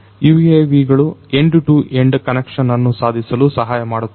UAVಗಳು end to end connection ಅನ್ನು ಸಾಧಿಸಲು ಸಹಾಯಮಾಡುತ್ತವೆ